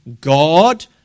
God